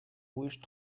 wish